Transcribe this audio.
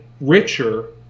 richer